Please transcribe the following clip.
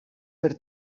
per